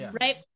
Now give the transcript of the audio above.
right